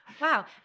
wow